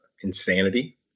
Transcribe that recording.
insanity